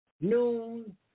Noon